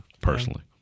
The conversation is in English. personally